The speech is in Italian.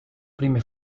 prime